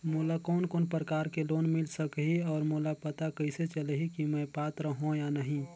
मोला कोन कोन प्रकार के लोन मिल सकही और मोला पता कइसे चलही की मैं पात्र हों या नहीं?